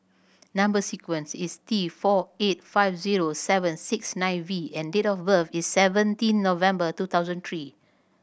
number sequence is T four eight five zero seven six nine V and date of birth is seventeen November two thousand three